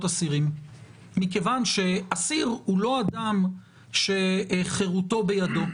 אסירים מכיוון שאסיר הוא לא אדם שחירותו בידו.